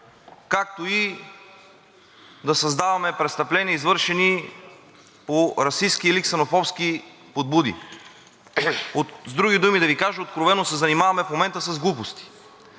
както и да създаваме престъпления, извършени по расистки или ксенофобски подбуди. С други думи, да Ви кажа, откровено се занимаваме в момента с глупости.